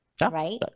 right